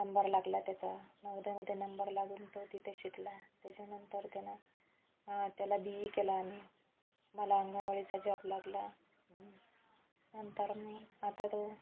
number लागला त्याचा नवोदयमदे नंबर लागून तो तिथे शिकला त्याच्यानंतर त्यानं त्याला बी इ केला आम्ही मला अंगणवाडीचा जॉब लागला नंतर मग आत्ता तो